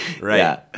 right